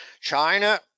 China